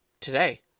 Today